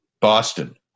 Boston